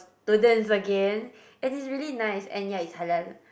students again and it's really nice and ya it's halal